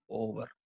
over